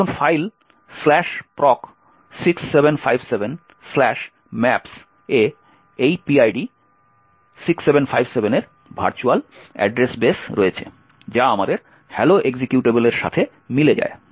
এখন file proc 6757maps এ এই PID 6757 এর ভার্চুয়াল অ্যাড্রেস বেস রয়েছে যা আমাদের hello এক্সিকিউটেবলের সাথে মিলে যায়